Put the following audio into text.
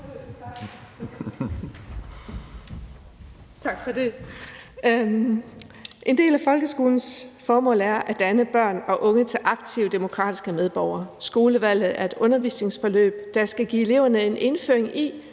vedtagelse »En del af folkeskolens formål er at danne børn og unge til aktive, demokratiske medborgere. Skolevalget er et undervisningsforløb, der skal give eleverne en indføring i,